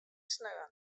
sneon